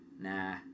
Nah